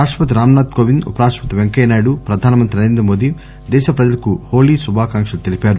రాష్టపతి రామ్ నాథ్ కోవింద్ ఉప రాష్ణపతి వెంకయ్యనాయుడు ప్రధాన మంత్రి నరేంద్ర మోదీ దేశ ప్రజలకు హోతీ శుభాకాంక్షలు తెలిపారు